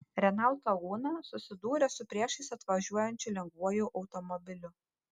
renault laguna susidūrė su priešais atvažiuojančiu lengvuoju automobiliu